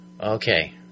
Okay